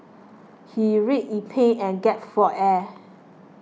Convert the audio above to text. he writhed in pain and gasped for air